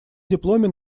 дипломе